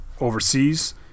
overseas